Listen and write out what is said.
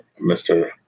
Mr